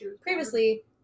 previously